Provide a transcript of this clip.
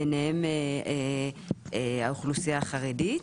ביניהם האוכלוסייה החרדית.